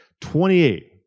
28